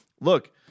look